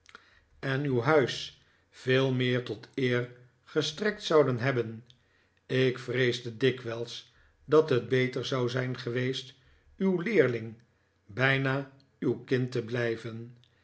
en uw huis veel meer tot eer gestrekt zouden hebben ik vreesde dikwijls dat het beter zou zijn geweest uw leerling bijna uw kind te blijven